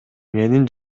менин